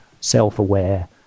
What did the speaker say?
self-aware